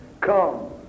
come